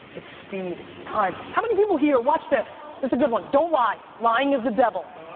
it's speed, time. how many people here, watch this, this is a good one. don't lie. lying is the devil.